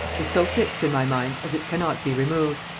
is so fixed in my mind as it cannot be removed.